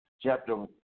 chapter